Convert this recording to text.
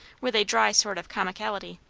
with a dry sort of comicality.